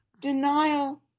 Denial